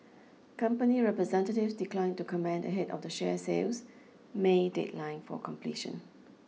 company representatives declined to comment ahead of the share sale's may deadline for completion